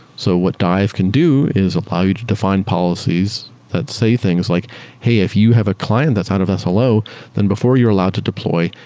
so what dive can do is allow you to define policies that say things like hey, if you have a client that's out of slo, then before you're allowed to deploy,